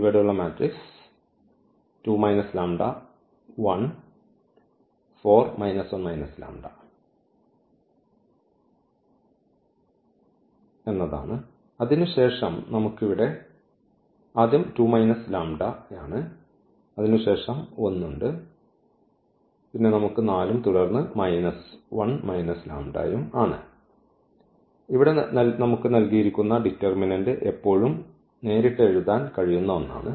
ഇവിടെയുള്ള matrix 2 minus ലാംബഡയാണ് അതിനുശേഷം നമുക്ക് ഇവിടെ 1 ഉണ്ട് ഇവിടെ നമുക്ക് 4 ഉം തുടർന്ന് മൈനസ് 1 ഉം മൈനസ് ലാംഡയും ആണ് ഇവിടെ നമുക്ക് നൽകിയിരിക്കുന്ന ഡിറ്റർമിനന്റ് എപ്പോഴും നേരിട്ട് എഴുതാൻ കഴിയുന്ന ഒന്നാണ്